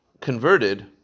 converted